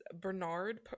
Bernard